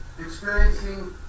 experiencing